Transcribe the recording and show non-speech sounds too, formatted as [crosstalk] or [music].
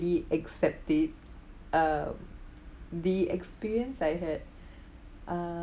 accept it [noise] um the experience I had uh